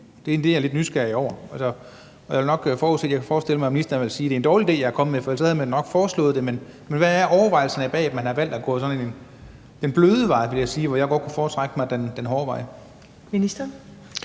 Det er jeg lidt nysgerrig efter. Jeg kan forestille mig, at ministeren vil sige, at det er en dårlig idé, jeg kommer med, for ellers havde man nok foreslået det. Men hvad er overvejelserne bag, at man har valgt at gå sådan den bløde vej, vil jeg sige, hvor jeg godt kunne foretrække den hårde vej?